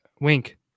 wink